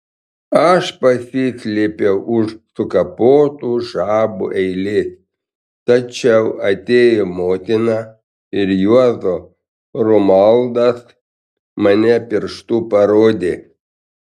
aš pasislėpiau už sukapotų žabų eilės tačiau atėjo motina ir juozo romaldas mane pirštu parodė